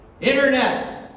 internet